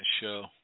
show